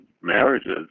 marriages